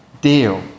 deal